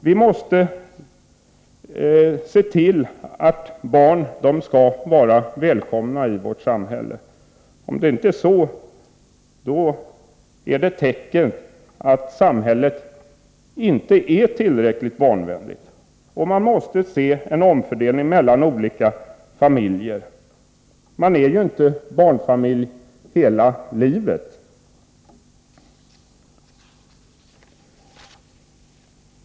Vi måste se till att barn är välkomna i vårt samhälle. Om det inte är så är det ett tecken på att samhället inte är tillräckligt barnvänligt. Vi måste göra en omfördelning mellan olika familjer. En familj förändras, och man har inte småbarn hela livet.